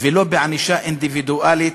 ולא בענישה אינדיבידואלית,